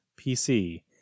PC